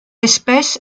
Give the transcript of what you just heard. espèce